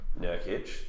Nurkic